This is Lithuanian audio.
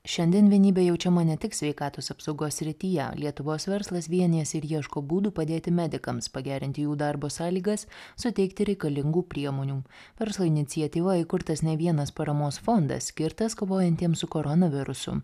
šiandien vienybė jaučiama ne tik sveikatos apsaugos srityje lietuvos verslas vienijasi ieško būdų padėti medikams pagerinti jų darbo sąlygas suteikti reikalingų priemonių verslo iniciatyva įkurtas ne vienas paramos fondas skirtas kovojantiems su koronavirusu